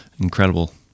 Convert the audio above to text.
Incredible